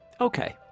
okay